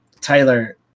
Tyler